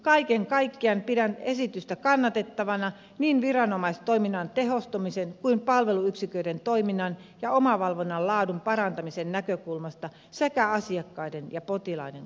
kaiken kaikkiaan pidän esitystä kannatettavana niin viranomaistoiminnan tehostumisen kuin palveluyksiköiden toiminnan ja omavalvonnan laadun parantamisen näkökulmasta sekä asiakkaiden ja potilaiden kannalta